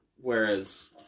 whereas